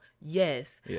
Yes